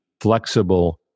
flexible